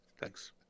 Thanks